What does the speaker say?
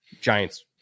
Giants